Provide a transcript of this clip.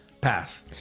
Pass